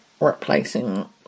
replacing